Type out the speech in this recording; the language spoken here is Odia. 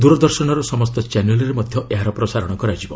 ଦୂରଦର୍ଶନର ସମସ୍ତ ଚ୍ୟାନେଲ୍ରେ ମଧ୍ୟ ଏହାର ପ୍ରସାରଣ ହେବ